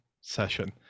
session